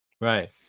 Right